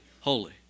holy